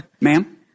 ma'am